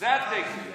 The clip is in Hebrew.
זה התקן.